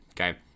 okay